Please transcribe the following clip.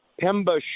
Pemba